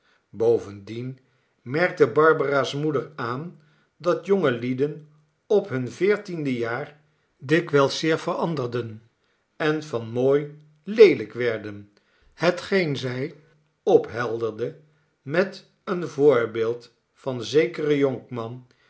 bovendien merkte barbara's moeder aan dat jonge lieden op hun veertiende jaar dikwijls zeer veranderden en van mooi leelijk werden hetgeen zij ophelderde met een voorbeeld van zeker jonkman